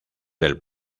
del